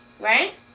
right